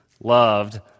Loved